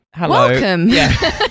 Welcome